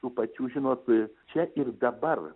tų pačių žinot čia ir dabar